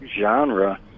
genre